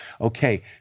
Okay